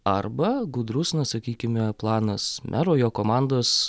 arba gudrus na sakykime planas mero jo komandos